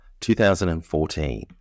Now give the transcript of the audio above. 2014